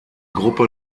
gruppe